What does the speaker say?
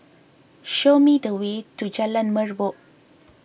show me the way to Jalan Merbok